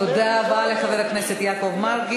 תודה רבה לחבר הכנסת מרגי.